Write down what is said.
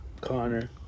Connor